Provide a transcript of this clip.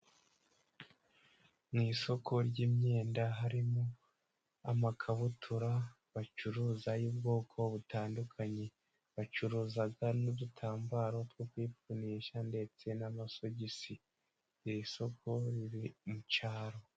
Mu isoko ry'imyenda harimo amakabutura bacuruza y'ubwoko butandukanye. Bacuruza n'udutambaro two kwipfunisha ndetse n'amasogisi, iri soko riri mu cyaro.